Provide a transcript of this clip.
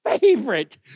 favorite